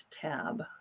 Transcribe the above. tab